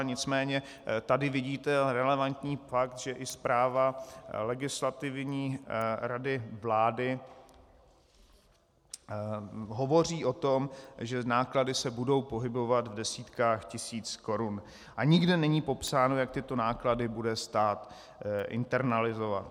Nicméně tady vidíte relevantní fakt, že i zpráva Legislativní rady vlády hovoří o tom, že náklady se budou pohybovat v desítkách tisíc korun, a nikde není popsáno, jak tyto náklady bude stát internalizovat.